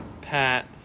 Pat